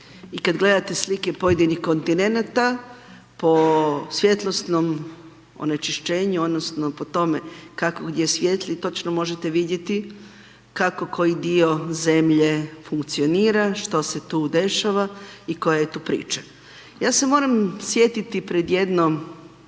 i kad gledate slike pojedinih kontinenata, po svjetlosnom onečišćenju odnosno po tome kako gdje svijetli, točno možete vidjeti kako koji dio zemlje funkcionira, što se tu dešava i koja je tu priča. Ja se moram sjetiti pred jednom